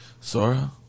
Sora